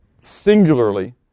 singularly